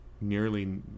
nearly